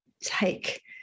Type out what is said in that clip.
take